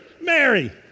Mary